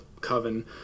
coven